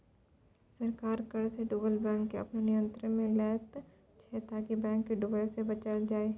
सरकार कर्जसँ डुबल बैंककेँ अपन नियंत्रणमे लैत छै ताकि बैंक केँ डुबय सँ बचाएल जाइ